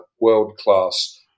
world-class